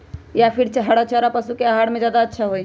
या फिर हरा चारा पशु के आहार में ज्यादा अच्छा होई?